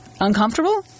uncomfortable